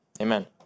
amen